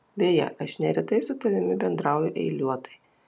beje aš neretai su tavimi bendrauju eiliuotai